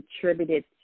contributed